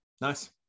Nice